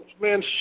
man